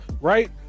right